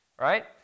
right